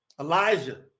Elijah